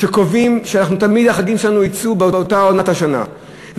שקובע שתמיד החגים שלנו יצאו באותה עונת השנה,